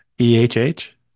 E-H-H